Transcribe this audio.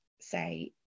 say